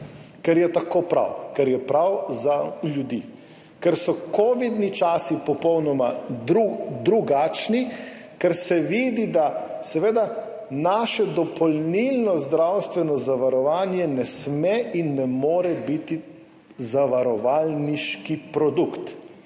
ker je tako prav. Ker je prav za ljudi, ker so kovidni časi popolnoma drugačni, ker se vidi, da naše dopolnilno zdravstveno zavarovanje ne sme in ne more biti zavarovalniški produkt.